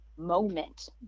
moment